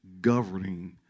governing